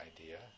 idea